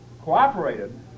cooperated